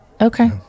Okay